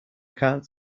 can’t